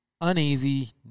uneasy